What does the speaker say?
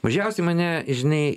mažiausiai mane žinai